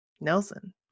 Nelson